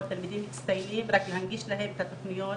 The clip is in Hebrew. תלמידים מצטיינים רק להנגיש להם את התוכניות